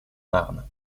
marne